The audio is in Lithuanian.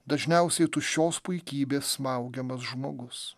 dažniausiai tuščios puikybės smaugiamas žmogus